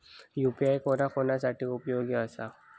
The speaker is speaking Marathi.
यू.पी.आय कोणा कोणा साठी उपयोगाचा आसा?